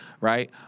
right